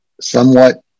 somewhat